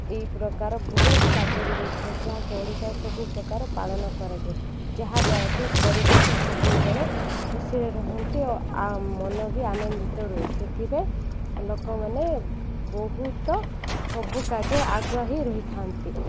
ଏହି ପ୍ରକାର ବହୁତ କାର୍ଯ୍ୟଗୁଡ଼ିକ ଥାଏ ଯାହାକି ଓଡ଼ିଶାରେ ସବୁ ପ୍ରକାର ପାଳନ କରାଯାଏ ଯାହା ଦ୍ୱାରାକି ପରିବେଶ ସବୁବେଳେ ଖୁସିରେ ରୁହନ୍ତି ଓ ଆଉ ମନ ବି ଆନନ୍ଦିତ ରୁହେ ସେଥିପାଇଁ ଲୋକମାନେ ବହୁତ ସବୁ କାର୍ଯ୍ୟରେ ଆଗୁଆ ହିଁ ରହିଥାନ୍ତି